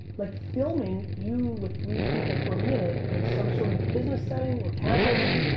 like filming you with three people for a minute in some sort of business setting or casual setting,